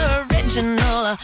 original